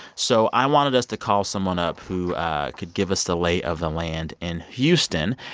so i wanted us to call someone up who could give us the lay of the land in houston.